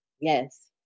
Yes